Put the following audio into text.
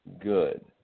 good